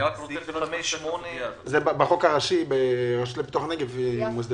אני רק רוצה --- היא מוסדרת בחוק הראשי ברשות לפיתוח הנגב.